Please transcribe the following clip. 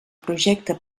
projecte